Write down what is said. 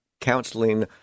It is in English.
counseling